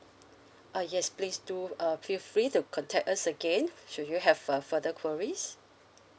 uh yes please do uh feel free to contact us again should you have uh further queries